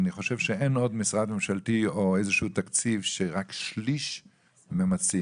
אני חושב שאין עוד משרד ממשלתי או איזשהו תקציב שרק שליש ממצים.